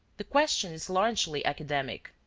the question is largely academic.